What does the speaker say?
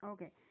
Okay